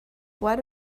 what